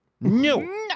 No